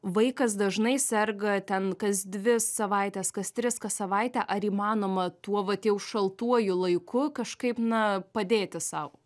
vaikas dažnai serga ten kas dvi savaites kas tris kas savaitę ar įmanoma tuo vat jau šaltuoju laiku kažkaip na padėti sau